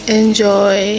enjoy